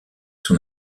son